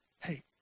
Hey